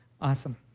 awesome